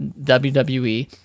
WWE